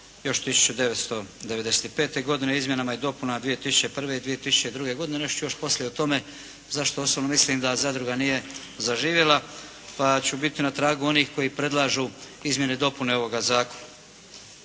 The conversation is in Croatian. još 1995. godine o izmjenama i dopunama 2001. i 2002. godine, nešto ću još poslije o tome zašto osobno mislim da zadruga nije zaživjela, pa ću biti na tragu onih koji predlažu izmjene i dopune ovoga zakona.